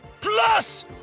Plus